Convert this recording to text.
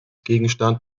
gegenstand